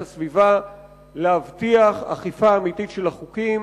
הסביבה להבטיח אכיפה אמיתית של החוקים,